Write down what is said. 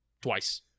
twice